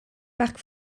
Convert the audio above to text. parc